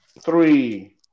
three